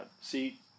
See